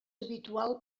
habitual